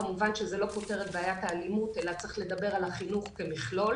כמובן שזה לא פותר את בעיית האלימות אלא צריך לדבר על החינוך כמכלול,